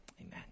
Amen